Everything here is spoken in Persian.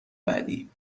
بعدی